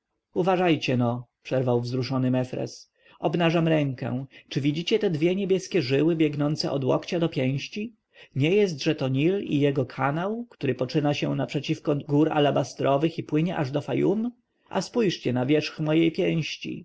kapłani uważajcie-no przerwał wzruszony mefres obnażam rękę czy widzicie te dwie niebieskie żyły biegnące od łokcia do pięści nie jest-że to nil i jego kanał który poczyna się naprzeciw gór alabastrowych i płynie aż do fayum a spojrzyjcie na wierzch mojej pięści